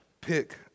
pick